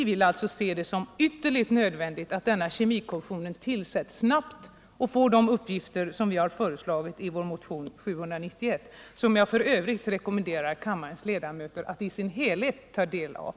Vi ser det som ytterligt nödvändigt att kemikommissionen tillsätts snabbt och får de uppgifter som vi har föreslagit i motionen 791, som jag för övrigt rekommenderar kammarens ledamöter att ta del av i dess helhet.